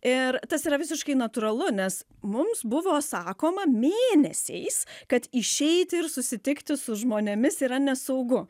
ir tas yra visiškai natūralu nes mums buvo sakoma mėnesiais kad išeiti ir susitikti su žmonėmis yra nesaugu